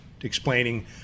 explaining